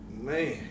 man